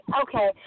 okay